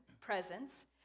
presence